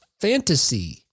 fantasy